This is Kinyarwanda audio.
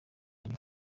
nyuma